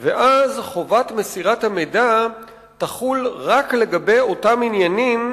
ואז חובת מסירת המידע תחול רק לגבי אותם עניינים